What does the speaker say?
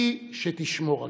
היא שתשמור עלינו.